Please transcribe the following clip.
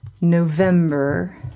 November